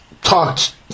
Talked